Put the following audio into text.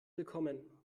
willkommen